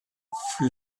for